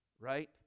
right